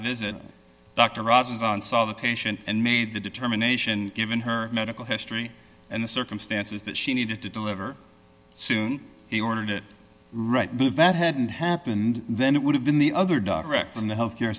visit dr rozen saw the patient and made the determination given her medical history and the circumstances that she needed to deliver soon he ordered it right but if that hadn't happened then it would have been the other director in the health care